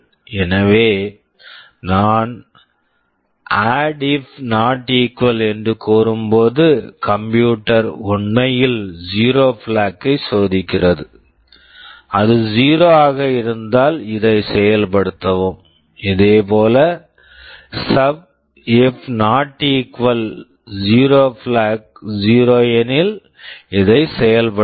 எனவே நான் add if not equal ADDNE என்று கூறும்போது கம்ப்யூட்டர் computer உண்மையில் ஜீரோ பிளாக் 0 flag ஐ சோதிக்கிறது அது ஜீரோ 0 ஆக இருந்தால் இதை செயல்படுத்தவும் இதேபோல் sub if not equal SUBNE zero flag 0 flag zero 0 எனில் இதை செயல்படுத்தவும்